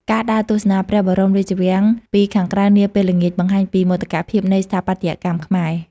ការដើរទស្សនាព្រះបរមរាជវាំងពីខាងក្រៅនាពេលល្ងាច បង្ហាញពីមោទកភាពនៃស្ថាបត្យកម្មខ្មែរ។